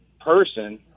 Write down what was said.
person